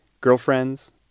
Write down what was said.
Girlfriends